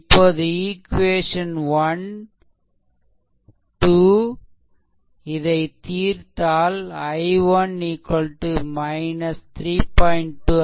இப்போது ஈக்வேசன் 1 2 ஐ தீர்த்தால் I1 3